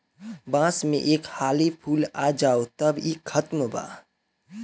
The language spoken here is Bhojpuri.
बांस में एक हाली फूल आ जाओ तब इ खतम बा